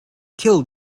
kill